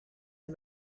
and